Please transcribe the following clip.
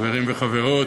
חברים וחברות,